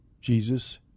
Jesus